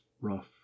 rough